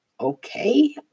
Okay